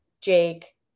jake